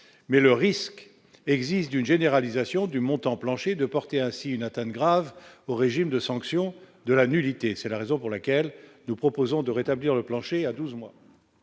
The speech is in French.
mais le risque existe d'une généralisation du montant plancher de porter ainsi une atteinte grave au régime de sanctions de la nullité et c'est la raison pour laquelle nous proposons de rétablir le plancher à 12 mois.